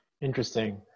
interesting